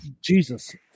Jesus